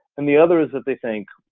and the other is that they think,